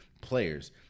players